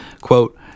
Quote